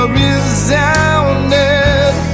resounded